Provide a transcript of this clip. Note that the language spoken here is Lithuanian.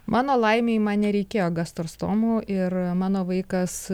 mano laimei man nereikėjo gastrostomo ir mano vaikas